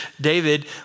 David